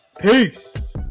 Peace